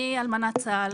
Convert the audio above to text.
אני אלמנת צה"ל,